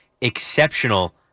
exceptional